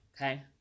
Okay